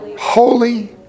holy